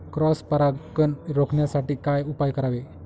Cross परागकण रोखण्यासाठी काय उपाय करावे?